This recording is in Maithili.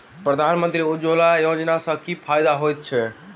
प्रधानमंत्री उज्जवला योजना सँ की फायदा होइत अछि?